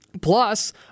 Plus